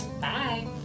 bye